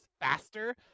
faster